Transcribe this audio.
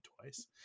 twice